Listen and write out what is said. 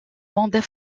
mandat